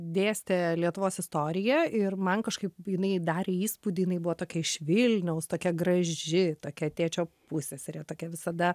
dėstė lietuvos istoriją ir man kažkaip jinai darė įspūdį jinai buvo tokia iš vilniaus tokia graži tokia tėčio pusseserė tokia visada